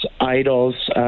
idols